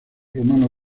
romano